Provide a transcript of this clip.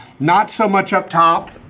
not so much up top.